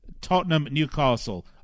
Tottenham-Newcastle